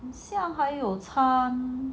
像还有参